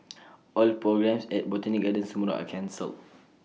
all programmes at Botanic gardens tomorrow are cancelled